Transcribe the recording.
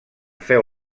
féu